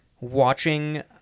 watching